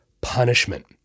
punishment